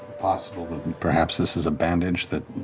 possible that, perhaps, this is a bandage that